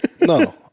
no